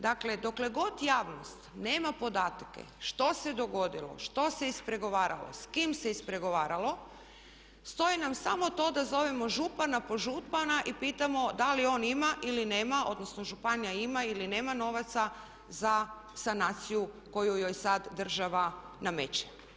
Dakle dokle god javnost nama podatke što se dogodilo, što se ispregovaralo, s kime se ispregovaralo stoji nam samo to da zovemo župana po župana i pitamo da li on ima ili nema, odnosno županija ima ili nema novaca za sanaciju koju joj sada država nameće.